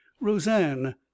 Roseanne